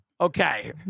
Okay